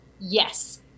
yes